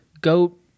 goat